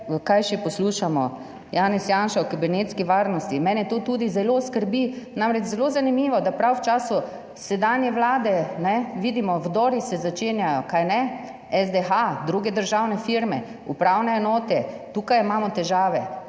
kaj še poslušamo? Janez Janša o kibernetski varnosti, mene to tudi zelo skrbi, namreč zelo zanimivo, da prav v času sedanje vlade ne vidimo, vdori se začenjajo, kajne, SDH, druge državne firme, upravne enote, tukaj imamo težave.